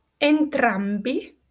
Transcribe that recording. Entrambi